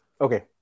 okay